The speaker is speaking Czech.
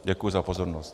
Děkuji za pozornost.